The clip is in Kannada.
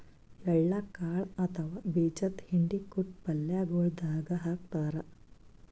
ಎಳ್ಳ ಕಾಳ್ ಅಥವಾ ಬೀಜದ್ದು ಹಿಂಡಿ ಕುಟ್ಟಿ ಪಲ್ಯಗೊಳ್ ದಾಗ್ ಹಾಕ್ತಾರ್